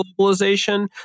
globalization